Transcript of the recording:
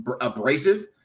abrasive